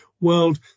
world